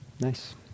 Nice